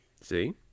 See